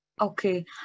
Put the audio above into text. Okay